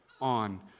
on